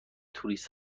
توریست